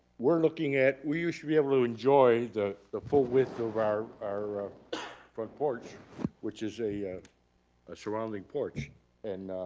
we're looking at, we used to be able to enjoy the the full width of our our front porch which is a surrounding porch and